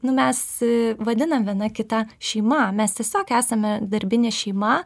nu mes vadinam viena kitą šeima mes tiesiog esame darbinė šeima